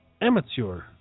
amateur